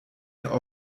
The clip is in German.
der